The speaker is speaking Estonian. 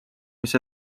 mis